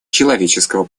человеческого